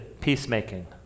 peacemaking